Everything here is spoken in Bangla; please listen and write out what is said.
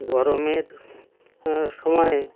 গরমের সময়ে